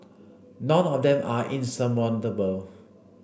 none of them are insurmountable